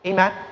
Amen